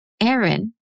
Aaron